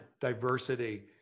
diversity